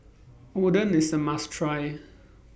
Oden IS A must Try